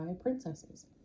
princesses